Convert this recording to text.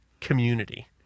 community